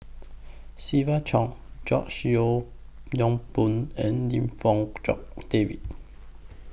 Siva Choy George Yeo Yong Boon and Lim Fong Jock David